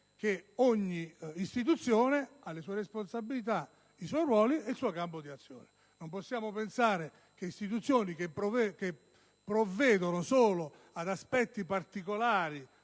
che ogni istituzione ha le sue responsabilità, i suoi ruoli e il suo campo d'azione. Non possiamo pensare che istituzioni che provvedono solo ad aspetti particolari